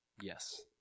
Yes